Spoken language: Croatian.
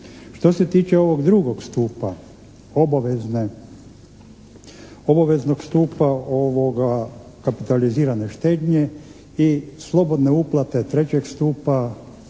Što se tiče ovog drugog stupa obaveznog stupa kapitalizirane štednje i slobodne uplate trećeg stupa